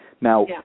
Now